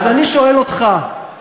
אז אני שואל אותך,